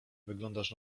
wyglądasz